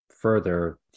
further